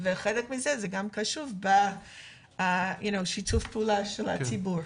וחלק מזה זה גם קשור בשיתוף הפעולה מצד הציבור.